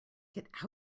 get